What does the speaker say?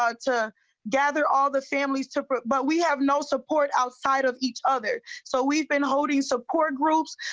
ah to gather all the family support but we have no support outside of each other so we've been holding support groups.